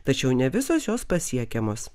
tačiau ne visos jos pasiekiamos